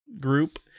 group